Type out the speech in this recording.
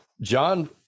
John